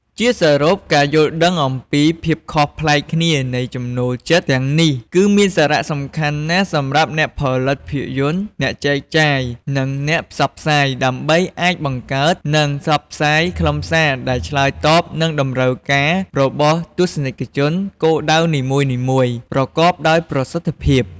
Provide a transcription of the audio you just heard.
ជាសរុប ការយល់ដឹងអំពីភាពខុសប្លែកគ្នានៃចំណូលចិត្តទាំងនេះ គឺមានសារៈសំខាន់ណាស់សម្រាប់អ្នកផលិតភាពយន្ត អ្នកចែកចាយ និងអ្នកផ្សព្វផ្សាយ ដើម្បីអាចបង្កើត និងផ្សព្វផ្សាយខ្លឹមសារដែលឆ្លើយតបនឹងតម្រូវការរបស់ទស្សនិកជនគោលដៅនីមួយៗប្រកបដោយប្រសិទ្ធភាព។